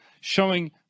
showing